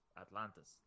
atlantis